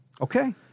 Okay